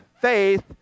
faith